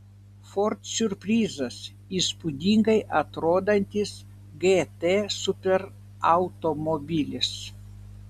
ford siurprizas įspūdingai atrodantis gt superautomobilis